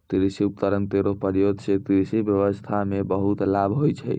कृषि उपकरण केरो प्रयोग सें कृषि ब्यबस्था म बहुत लाभ होय छै